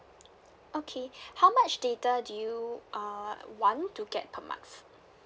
okay how much data do you uh want to get per month